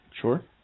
sure